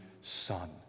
Son